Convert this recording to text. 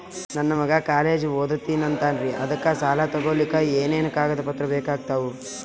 ನನ್ನ ಮಗ ಕಾಲೇಜ್ ಓದತಿನಿಂತಾನ್ರಿ ಅದಕ ಸಾಲಾ ತೊಗೊಲಿಕ ಎನೆನ ಕಾಗದ ಪತ್ರ ಬೇಕಾಗ್ತಾವು?